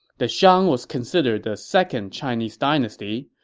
the shang was considered the second chinese dynasty,